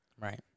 Right